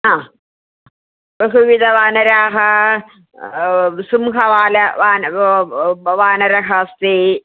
बहुविधवानराः सिंहवालवानरः वानरः अस्ति